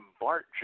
Bart